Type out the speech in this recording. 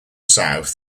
south